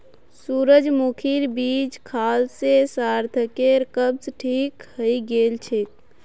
सूरजमुखीर बीज खाल से सार्थकेर कब्ज ठीक हइ गेल छेक